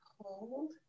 Hold